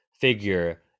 figure